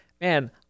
man